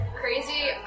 crazy